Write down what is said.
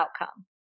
outcome